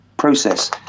process